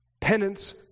penance